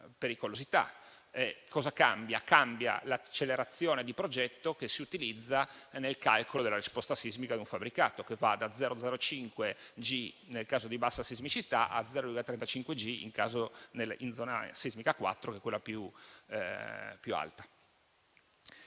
pericolosità. Cambia l'accelerazione di progetto che si utilizza nel calcolo della risposta sismica di un fabbricato, che va da 0,05g, nel caso di bassa sismicità, a 0,35g, in zona sismica 4, che è la più alta.